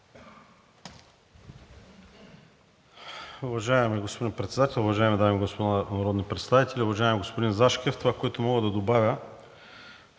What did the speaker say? Уважаеми господин Председател, уважаеми дами и господа народни представители! Уважаеми господин Зашкев, това, което мога да добавя,